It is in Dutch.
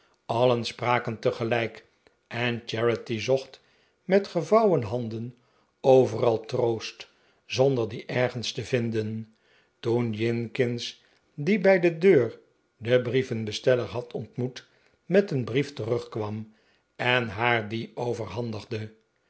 allen spraken tegelijk en charity zocht met gevouwen handen overal troost zonder dien ergens te vinden toen jinkins die bij de deur den brievenbesteller had ontmoet met een brief terugkwam en haar dien overhandigde